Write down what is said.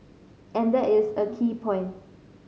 and that is a key point